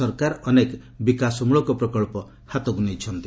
ସରକାର ଅନେକ ବିକାଶମ୍ଭଳକ ପ୍ରକଳ୍ପ ହାତକୁ ନେଇଛନ୍ତି